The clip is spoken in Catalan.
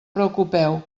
preocupeu